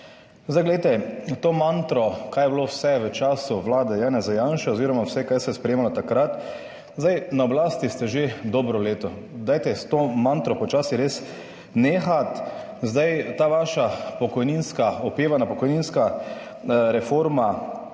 Glejte to mantro kaj je bilo vse v času Vlade Janeza Janše oziroma vse kaj se je sprejemalo takrat, zdaj na oblasti ste že dobro leto, dajte s to mantro počasi res nehati. Ta vaša opevana pokojninska reforma